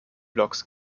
blocks